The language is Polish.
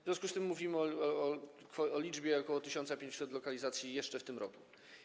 W związku z tym mówimy o liczbie ok. 1500 lokalizacji jeszcze w tym roku.